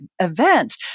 event